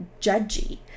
judgy